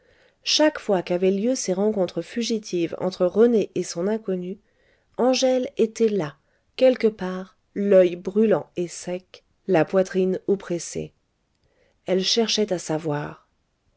chaque fois qu'avaient lieu ces rencontres fugitives entre rené et son inconnue angèle était là quelque part l'oeil brûlant et sec la poitrine oppressée elle cherchait à savoir